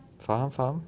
faham faham